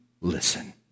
listen